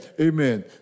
Amen